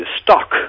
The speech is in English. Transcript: stock